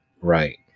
Right